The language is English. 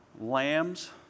Lambs